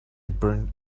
burned